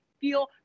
feel